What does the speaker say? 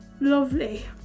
lovely